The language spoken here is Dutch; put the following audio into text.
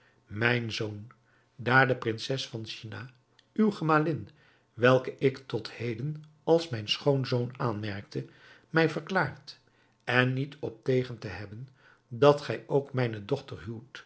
mijn zoon daar de prinses van china uwe gemalin welke ik tot heden als mijn schoonzoon aanmerkte mij verklaart er niet op tegen te hebben dat gij ook mijne dochter huwt